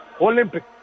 Olympic